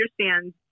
understand